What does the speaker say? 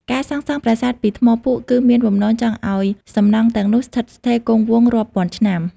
ការសាងសង់ប្រាសាទពីថ្មភក់ គឺមានបំណងចង់ឱ្យសំណង់ទាំងនោះស្ថិតស្ថេរគង់វង្សរាប់ពាន់ឆ្នាំ។